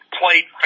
played